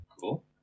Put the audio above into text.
Cool